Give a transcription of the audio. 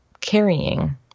carrying